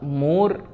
more